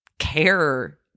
care